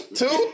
two